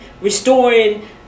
restoring